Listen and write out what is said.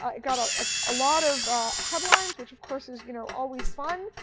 ah it got a ah ah lot of headlines, which of course is you know always fun.